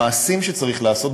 המעשים שצריך לעשות,